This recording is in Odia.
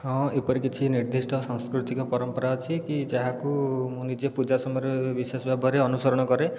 ହଁ ଏପରି କିଛି ନିର୍ଦ୍ଦିଷ୍ଟ ସାଂସ୍କୃତିକ ପରମ୍ପରା ଅଛି କି ଯାହାକୁ ମୁଁ ନିଜେ ପୂଜା ସମୟରେ ବିଶେଷ ଭାବରେ ଅନୁସରଣ କରେ